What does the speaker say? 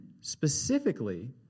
specifically